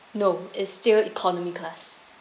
no it's still economy class